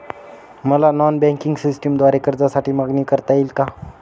मला non banking सिस्टमद्वारे कर्जासाठी मागणी करता येईल का?